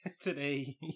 today